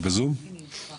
תגיע